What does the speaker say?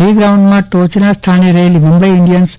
league રાઉન્ડમાં ટોચના સ્થાને રહેલ મુંબઈ ઈનડિયન્સ